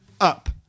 up